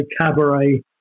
cabaret